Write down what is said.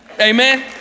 Amen